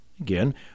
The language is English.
Again